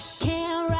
can't